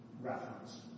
reference